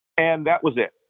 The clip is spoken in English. and that was it,